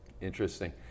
Interesting